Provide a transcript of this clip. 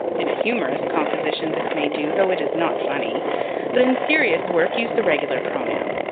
in humorous composition this may do, though it is not funny but in serious work use the regular pronoun.